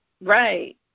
Right